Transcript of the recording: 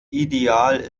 ideal